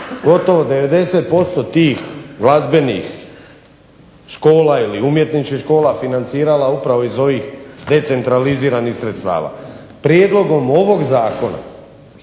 gotovo 90% tih glazbenih škola ili umjetničkih škola financirala upravo iz ovih decentraliziranih sredstava. Prijedlogom ovog zakona